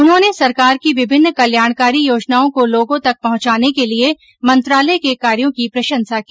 उन्होंने सरकार की विभिन्न कल्याणकारी योजनाओं को लोगों तक पहुंचाने के लिए मंत्रालय के कार्ये की प्रशंसा की